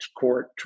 court